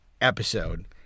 episode